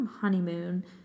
honeymoon